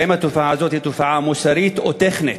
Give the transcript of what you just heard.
האם התופעה הזאת היא תופעה מוסרית, או טכנית?